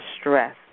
stress